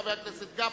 חבר הכנסת גפני,